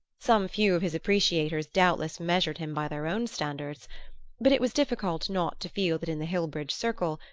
some few of his appreciators doubtless measured him by their own standards but it was difficult not to feel that in the hillbridge circle,